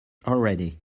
already